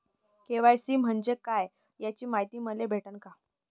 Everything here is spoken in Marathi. के.वाय.सी म्हंजे काय याची मायती मले भेटन का?